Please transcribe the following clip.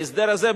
ההסדר הזה,